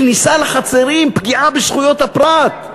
כניסה לחצרים, פגיעה בזכויות הפרט,